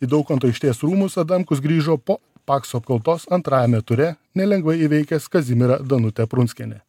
į daukanto aikštės rūmus adamkus grįžo po pakso apkaltos antrajame ture nelengvai įveikęs kazimierą danutę prunskienę